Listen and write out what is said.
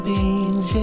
Beans